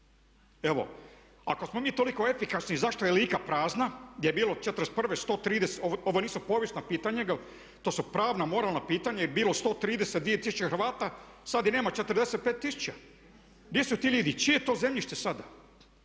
Evo, ako smo mi toliko efikasni zašto je Lika prazna, gdje je bilo '41. 132, ovo nisu povijesna pitanja nego to su pravna i moralna pitanja, bilo je 132 tisuće Hrvata a sad ih nema 45 tisuća. Gdje su ti ljudi? Čije je to zemljište sada?